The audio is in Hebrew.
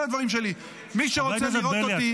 הדברים שלי ------ חבר הכנסת בליאק,